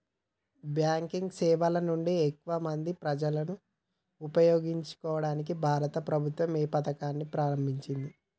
Banking సేవల నుండి ఎక్కువ మంది ప్రజలను ఉపయోగించుకోవడానికి భారత ప్రభుత్వం ఏ పథకాన్ని ప్రారంభించింది?